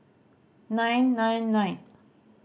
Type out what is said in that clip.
nine nine nine